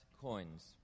coins